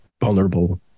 vulnerable